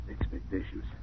expectations